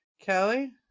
Kelly